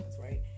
right